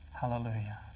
Hallelujah